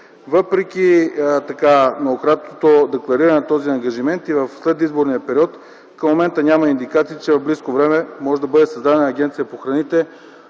Въпреки многократното деклариране на този ангажимент и в след изборния период, към момента няма индикации, че в близко време може да бъде създадена Агенция по храните.